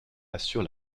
assure